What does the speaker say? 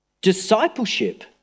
Discipleship